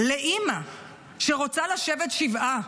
אימא שרוצה לשבת שבעה,